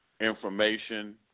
information